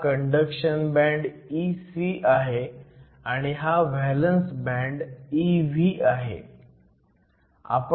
हा conduction band Ec आहे आणि हा व्हॅलंस बँड Ev आहे